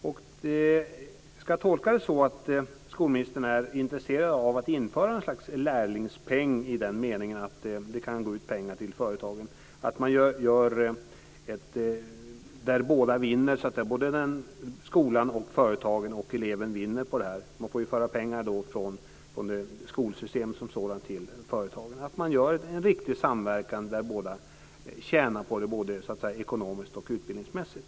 Kan jag tolka det så att skolministern är intresserad av att införa något slags lärlingspeng i den meningen att det kan utgå ersättning till företagen? Det skulle alla - skolan, företagen och eleverna - vinna på. Man får då föra över pengar från skolsystemet som sådant till företagen. En sådan samverkan tjänar alla på, både ekonomiskt och utbildningsmässigt.